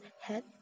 head